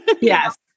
Yes